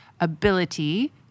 ability